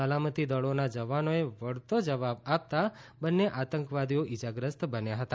સલામતી દળોના જવાનોએ વળતો જવાબ આપતા બન્ને આતંકવાદીઓ ઇજાગ્રસ્ત બન્યા હતા